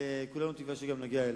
כולנו תקווה שגם נגיע אליו.